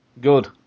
Good